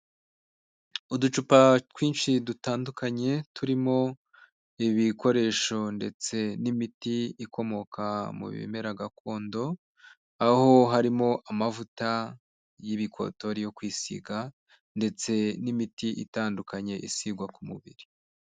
Uducupa twinshi dutandukanye turimo ibikoresho ndetse n'imiti ikomoka mu bimera gakondo aho harimo amavuta y'ibikotori yo kwisiga ndetse n'imiti itandukanye isigwa ku mubiri.